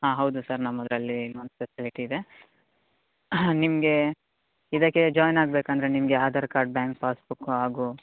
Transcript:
ಹಾಂ ಹೌದು ಸರ್ ನಮ್ಮದ್ರಲ್ಲಿ ಒಂದು ಸೊಸೈಟಿ ಇದೆ ನಿಮಗೆ ಇದಕ್ಕೆ ಜಾಯಿನ್ ಆಗಬೇಕಂದ್ರೆ ನಿಮಗೆ ಆಧಾರ್ ಕಾರ್ಡ್ ಬ್ಯಾಂಕ್ ಪಾಸ್ಬುಕ್ಕು ಹಾಗು